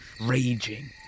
raging